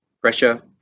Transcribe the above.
pressure